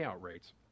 rates